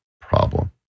problem